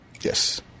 Yes